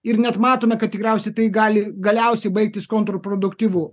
ir net matome kad tikriausiai tai gali galiausiai baigtis kontrproduktyvu